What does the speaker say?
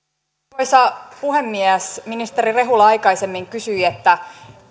arvoisa puhemies ministeri rehula aikaisemmin kysyi